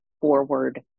forward